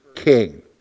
king